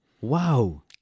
Wow